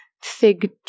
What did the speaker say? Fig